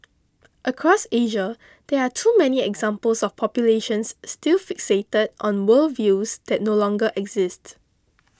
across Asia there are too many examples of populations still fixated on worldviews that no longer exist